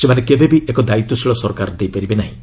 ସେମାନେ କେବେବି ଏକ ଦାୟିତ୍ୱଶୀଳ ସରକାର ଦେଇପାରିବେ ନାହିଁ